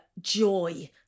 joy